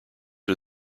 are